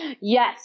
Yes